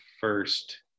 first